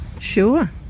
sure